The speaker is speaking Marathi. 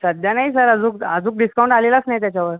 सध्या नाही सर अजून अजून डिस्काऊंट आलेलाच नाही त्याच्यावर